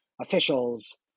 officials